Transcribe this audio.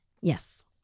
Yes